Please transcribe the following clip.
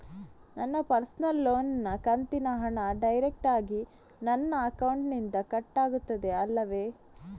ನನ್ನ ಪರ್ಸನಲ್ ಲೋನಿನ ಕಂತಿನ ಹಣ ಡೈರೆಕ್ಟಾಗಿ ನನ್ನ ಅಕೌಂಟಿನಿಂದ ಕಟ್ಟಾಗುತ್ತದೆ ಅಲ್ಲವೆ?